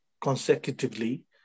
consecutively